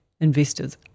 investors